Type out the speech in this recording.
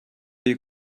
you